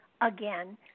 again